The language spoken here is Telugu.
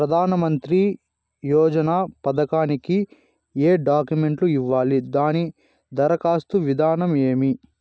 ప్రధానమంత్రి యోజన పథకానికి ఏ డాక్యుమెంట్లు ఇవ్వాలి దాని దరఖాస్తు విధానం ఏమి